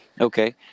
okay